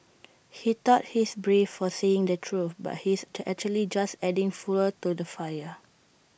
he thought he's brave for saying the truth but he's actually just adding fuel to the fire